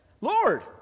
Lord